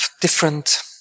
different